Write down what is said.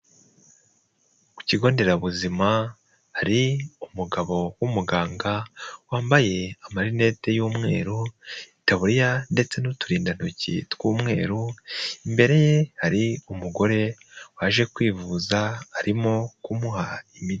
Ku kigo nderabuzima hari umugabo w'umuganga, wambaye amarinete y'umweru, itaburiya ndetse n'uturindantoki tw'umweru, imbere ye hari umugore waje kwivuza, arimo kumuha imiti.